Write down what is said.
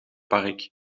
park